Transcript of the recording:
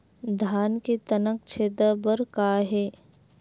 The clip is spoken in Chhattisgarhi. धान के तनक छेदा बर का हे?